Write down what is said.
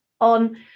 on